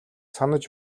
санаж